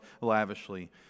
lavishly